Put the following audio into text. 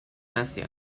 asia